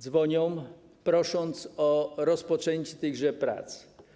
dzwonią, prosząc o rozpoczęcie tychże prac.